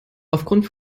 aufgrund